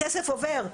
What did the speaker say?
הכסף עובר.